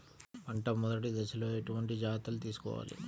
పంట మెదటి దశలో ఎటువంటి జాగ్రత్తలు తీసుకోవాలి?